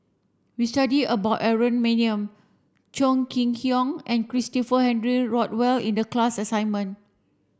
we studied about Aaron Maniam Chong Kee Hiong and Christopher Henry Rothwell in the class assignment